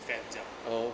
fan 这样